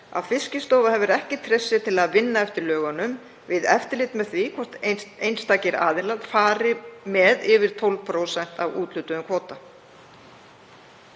að Fiskistofa hefur ekki treyst sér til að vinna eftir lögunum við eftirlit með því hvort einstakir aðilar fari með yfir 12% af úthlutuðum kvóta.